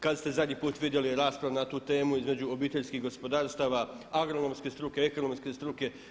Kada ste zadnji put vidjeli raspravu na tu temu između obiteljskih gospodarstava, agronomske struke, ekonomske struke?